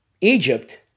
Egypt